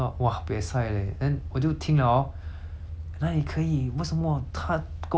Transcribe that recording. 哪里可以为什么她跟我们的教育不同 meh 不可能 mah the I just like